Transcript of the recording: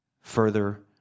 further